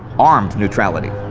armed neutrality.